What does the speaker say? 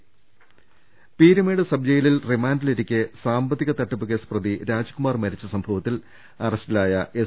കേസെടുത്തു പീരുമേട് സബ്ജയിലിൽ റിമാൻഡിലിരിക്കെ സാമ്പത്തിക തട്ടിപ്പുകേസ് പ്രതി രാജ്കുമാർ മരിച്ച സംഭവത്തിൽ അറസ്റ്റി ലായ എസ്